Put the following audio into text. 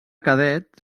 cadet